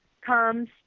comes